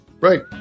Right